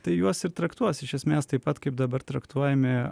tai juos ir traktuos iš esmės taip pat kaip dabar traktuojami